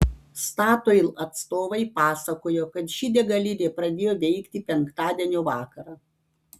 statoil atstovai pasakojo kad ši degalinė pradėjo veikti penktadienio vakarą